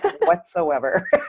whatsoever